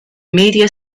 media